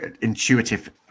Intuitive